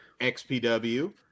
XPW